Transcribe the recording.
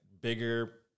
bigger